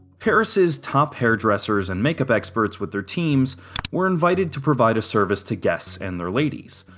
paris's top hairdressers and makeup experts with their teams were invited to provide a service to guests and their ladies.